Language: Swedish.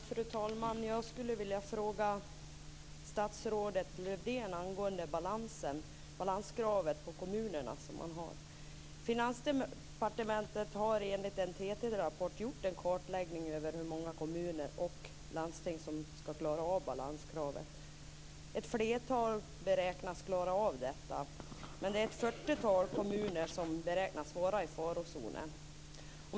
Fru talman! Jag skulle vilja fråga statsrådet Lövdén angående det balanskrav på kommunerna som man har. Finansdepartementet har enligt en TT rapport gjort en kartläggning av hur många kommuner och landsting som skall klara av balanskravet. Ett flertal beräknas klara av det. Men det är ett fyrtiotal kommuner som beräknas vara i farozonen.